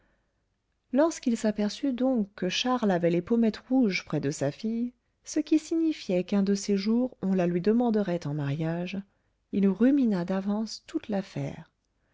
lorsqu'il s'aperçut donc que charles avait les pommettes rouges près de sa fille ce qui signifiait qu'un de ces jours on la lui demanderait en mariage il rumina d'avance toute l'affaire